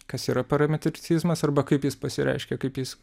kas yra parametricizmas arba kaip jis pasireiškia kaip jis